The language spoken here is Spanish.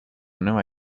nueva